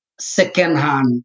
second-hand